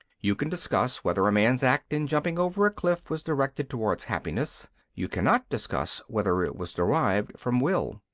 you can discuss whether a man's act in jumping over a cliff was directed towards happiness you cannot discuss whether it was derived from will.